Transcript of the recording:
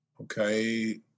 Okay